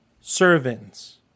servants